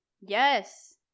yes